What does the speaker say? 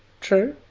true